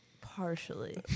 Partially